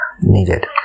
needed